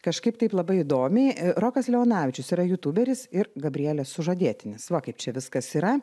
kažkaip taip labai įdomiai rokas leonavičius yra jutūberis ir gabrielės sužadėtinis va kaip čia viskas yra